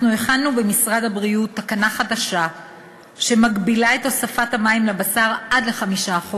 הכנו במשרד הבריאות תקנה חדשה שמגבילה את הוספת המים לבשר עד ל-5%